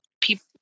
people